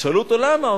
שאלו אותו למה,